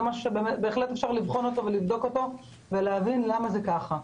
זה בהחלט משהו שאפשר לבחון אותו ולבדוק אותו ולהבין למה זה ככה.